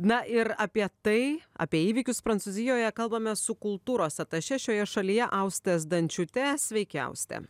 na ir apie tai apie įvykius prancūzijoje kalbame su kultūros atašė šioje šalyje auste zdančiūte sveiki auste